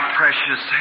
precious